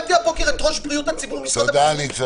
שמעתי היום את ראש בריאות הציבור במשרד הבריאות.